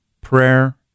prayer